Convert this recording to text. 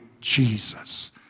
Jesus